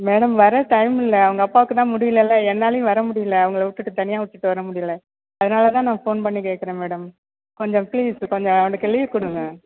madam வர time இல்லை அவங்க அப்பாவுக்கு தான் முடியலல்ல என்னாலையும் வர முடியல அவங்கள விட்டுட்டு தனியாக விட்டுட்டு வர முடியல அதனால் தான் நான் ஃபோன் பண்ணி கேட்கறேன் மேடம் கொஞ்சம் பிளீஸ் கொஞ்சம் அவனுக்கு லீவ் கொடுங்க